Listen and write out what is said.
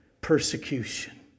persecution